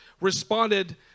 responded